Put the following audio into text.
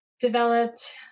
developed